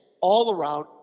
all-around